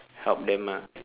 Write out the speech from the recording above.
help them lah